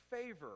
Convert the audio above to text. favor